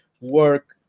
work